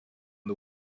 the